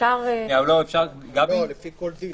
לא, לפי כל דין.